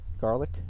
garlic